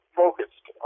focused